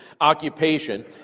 occupation